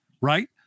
right